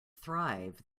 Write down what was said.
thrive